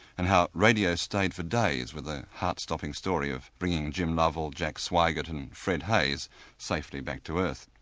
and how radio stayed for days with the heart-stopping story of bringing jim lovell, jack swigert and and fred haise safely back to earth.